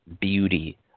beauty